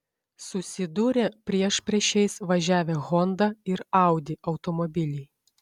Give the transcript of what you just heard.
susidūrė priešpriešiais važiavę honda ir audi automobiliai